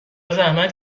زحمت